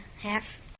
half